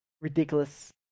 ridiculous